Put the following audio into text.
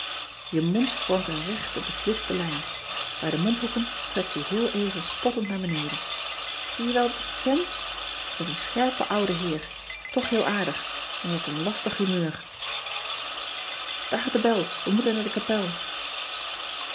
je mond vormt een rechte besliste lijn bij de mondhoeken trekt die heel even spottend naar beneden ie je wel dat ik je ken e bent een scherpe oude heer toch heel aardig maar je hebt een lastig humeur aar gaat de bel e moeten